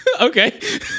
Okay